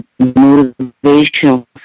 motivational